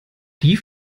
die